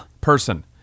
person